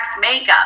makeup